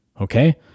Okay